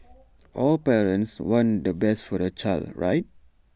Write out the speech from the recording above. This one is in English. all parents want the best for their child right